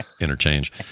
interchange